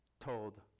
told